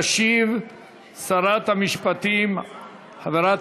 תשיב שרת המשפטים חברת